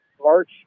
march